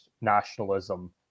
nationalism